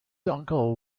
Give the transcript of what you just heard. uncle